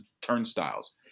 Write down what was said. turnstiles